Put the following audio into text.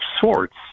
sorts